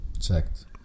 Checked